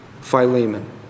Philemon